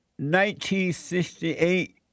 1968